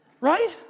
right